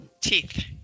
Teeth